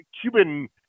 Cuban